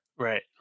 Right